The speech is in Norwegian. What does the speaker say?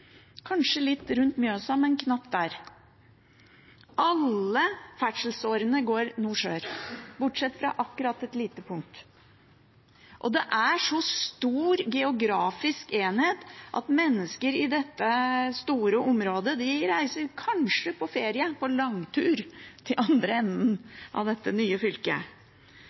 kanskje litt rundt Mjøsa, men knapt der. Alle ferdselsårene går nord–sør, bortsett fra akkurat et lite punkt. Det er en så stor geografisk enhet at mennesker i dette store området kanskje reiser på ferie, på langtur, til den andre enden av det nye fylket.